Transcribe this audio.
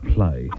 Play